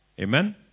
Amen